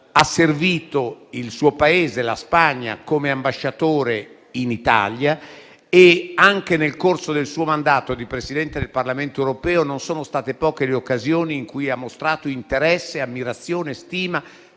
Ha servito il suo Paese, la Spagna, come ambasciatore in Italia; anche nel corso del suo mandato di Presidente del Parlamento europeo non sono state poche le occasioni in cui ha mostrato interesse, ammirazione e stima